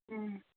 ꯎꯝ